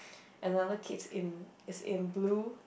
another kids in is in blue